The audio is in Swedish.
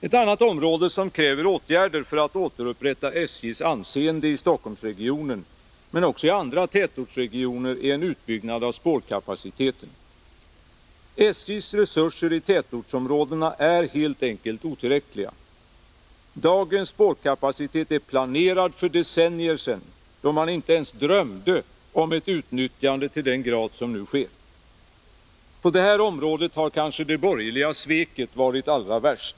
Ett annat område som kräver åtgärder för att återupprätta SJ:s anseende i Stockholmsregionen, men också i andra tätortsregioner, är en utbyggnad av spårkapaciteten. SJ:s resurser i tätortsområdena är helt enkelt otillräckliga. Dagens spårkapacitet är planerad för decennier sedan, då man inte ens drömde om ett utnyttjande till den grad som nu sker. På det här området har kanske det borgerliga sveket varit allra värst.